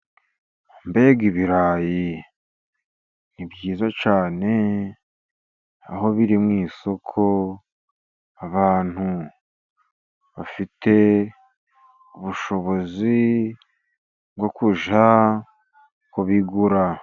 Mbega ibirayi! Ni byiza cyane aho biri mu isoko, abantu bafite ubushobozi bwo kujya kubigura.